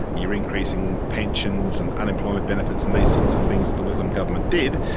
you're increasing pensions and unemployment benefits and these sorts of things that the whitlam government did,